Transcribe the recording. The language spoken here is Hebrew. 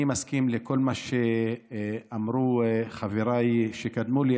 אני מסכים לכל מה שאמרו חבריי שקדמו לי,